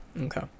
Okay